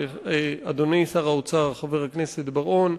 אדוני שר האוצר חבר הכנסת בר-און,